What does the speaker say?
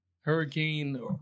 Hurricane